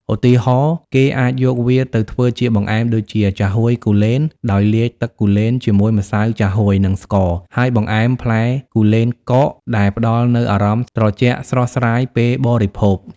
ឧទាហរណ៍ គេអាចយកវាទៅធ្វើជាបង្អែមដូចជា ចាហួយគូលែន ដោយលាយទឹកគូលែនជាមួយម្សៅចាហួយ និងស្ករ ហើយបង្អែម ផ្លែគូលែនកក ដែលផ្ដល់នូវអារម្មណ៍ត្រជាក់ស្រស់ស្រាយពេលបរិភោគ។